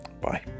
Bye